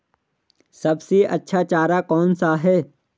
सबसे अच्छा चारा कौन सा है?